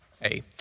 Hey